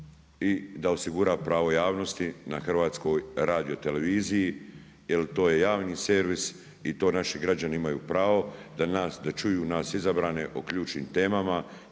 i da osigura pravo javnosti na Hrvatskoj radioteleviziji, jer to je javni servis i to naši građani imaju pravo da čuju nas izabrane o ključnim temama